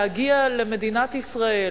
להגיע למדינת ישראל,